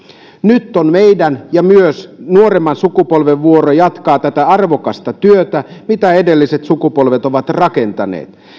nyt on meidän ja myös nuoremman sukupolven vuoro jatkaa tätä arvokasta työtä mitä edelliset sukupolvet ovat rakentaneet